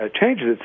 changes